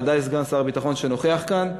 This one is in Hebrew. ודאי סגן שר הביטחון שנוכח כאן,